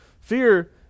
Fear